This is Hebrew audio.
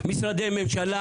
משרדי ממשלה